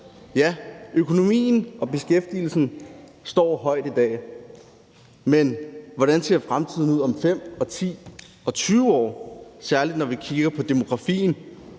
Ja, økonomien er god, og beskæftigelsen er høj i dag, men hvordan ser fremtiden ud om 5, 10, 20 år, særlig når vi kigger på demografien?